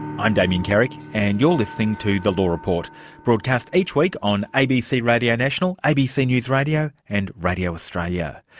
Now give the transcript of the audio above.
i'm damien carrick, and you're listening to the law report broadcast each week on abc radio national, abc news radio and radio australia.